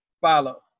follow